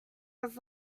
was